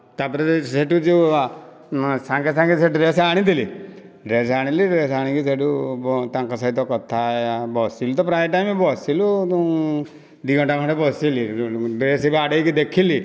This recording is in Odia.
ତା' ପରେ ସେଇଠୁ ଯେଉଁ ସାଙ୍ଗେ ସାଙ୍ଗେ ସେ ଡ୍ରେସ୍ ଆଣିଥିଲି ଡ୍ରେସ୍ ଆଣିଲି ଡ୍ରେସ୍ ଆଣିକି ସେଇଠୁ ତାଙ୍କ ସହିତ କଥା ବସିଲି ତ ପ୍ରାୟେ ଟାଇମ୍ ବସିଲୁ ଦି ଘଣ୍ଟା ଖଣ୍ଡେ ବସିଲି ଡ୍ରେସ୍ ବି ଆଡ଼େଇକି ଦେଖିଲି